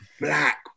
black